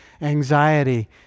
anxiety